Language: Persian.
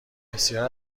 بسیاری